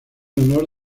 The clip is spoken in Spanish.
honor